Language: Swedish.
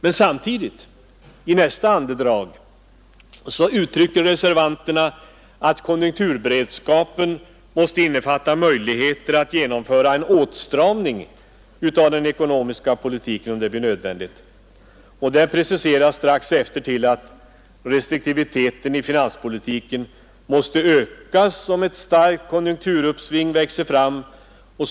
Men i samma andedrag uttrycker reservanterna den meningen att konjunkturberedskapen måste innefatta möjligheter att genomföra en åtstramning av den ekonomiska politiken, om detta blir nödvändigt. Det preciseras strax efteråt till att restriktiviteten i finanspolitiken måste ökas, om ett starkt konjunkturuppsving växer fram.